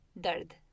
Dard